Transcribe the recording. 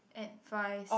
advice